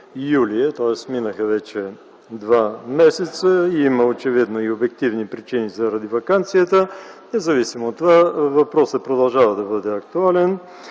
тоест минаха вече два месеца. Има очевидно и обективни причини, заради ваканцията. Независимо от това въпросът продължава да бъде актуален.